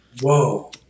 whoa